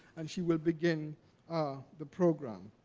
and she will begin ah the program.